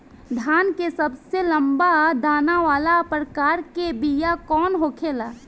धान के सबसे लंबा दाना वाला प्रकार के बीया कौन होखेला?